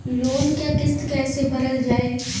Loan क किस्त कैसे भरल जाए?